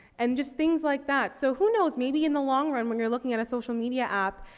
and just things like that. so who knows, maybe in the long run when you're looking at a social media app,